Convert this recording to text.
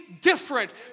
different